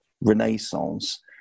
renaissance